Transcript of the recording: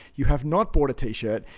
you have not bought a t-shirt.